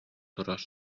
турар